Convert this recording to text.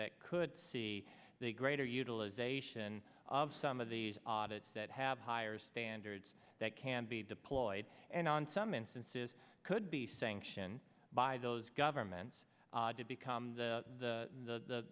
that could see the greater utilization of some of these audits that have higher standards that can be deployed and on some instances could be sanctioned by those governments to become the the the